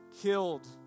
killed